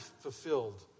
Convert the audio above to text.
fulfilled